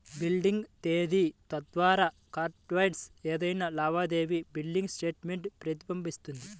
billing తేదీ తర్వాత కార్డ్పై ఏదైనా లావాదేవీ బిల్లింగ్ స్టేట్మెంట్ ప్రతిబింబిస్తుంది